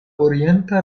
orienta